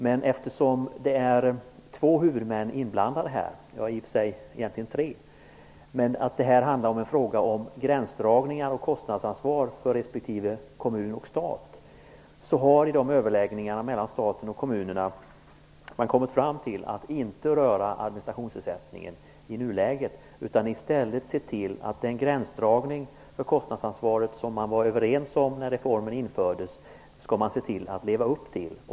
Det är två eller egentligen tre huvudmän inblandade. Det handlar om gränsdragningar och kostnadsansvar för respektive kommun och stat. I överläggningarna mellan staten och kommunerna har man kommit fram till att inte röra administrationsersättningen i nuläget, utan i stället se till att leva upp till den gränsdragning vad gäller kostnadsansvaret som man var överens om när reformen infördes.